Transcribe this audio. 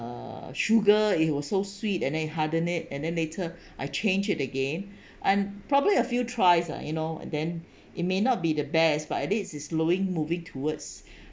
uh sugar it was so sweet and then it hardened it and then later I change it again I'm probably a few tries ah you know then it may not be the best but at least it is slowing moving towards